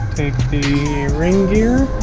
the ring gear